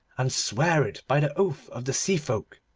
and sware it by the oath of the sea-folk.